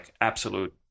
absolute